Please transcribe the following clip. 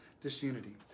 disunity